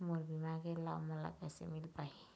मोर बीमा के लाभ मोला कैसे मिल पाही?